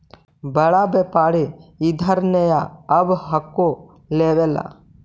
बड़का व्यापारि इधर नय आब हको लेबे ला?